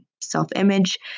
self-image